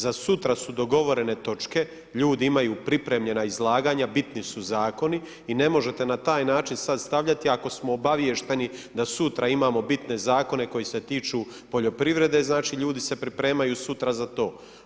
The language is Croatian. Za sutra su dogovorene točke, ljudi imaju pripremljena izlaganja, bitni su Zakoni i ne možete na taj način sad stavljati, ako smo obaviješteni da sutra imamo bitne Zakone koji se tiču poljoprivrede, znači ljudi se pripremaju sutra za to.